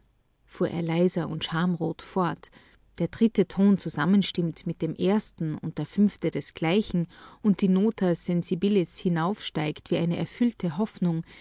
fuhr er leiser und schamrot fort der dritte ton zusammenstimmt mit dem ersten und der fünfte desgleichen und die nota sensibilis hinaufsteigt wie eine erfüllte hoffnung